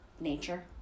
nature